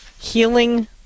healing